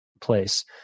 place